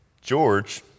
George